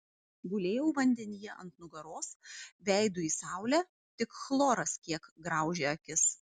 gulėjau vandenyje ant nugaros veidu į saulę tik chloras kiek graužė akis